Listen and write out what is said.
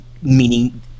Meaning